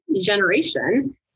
generation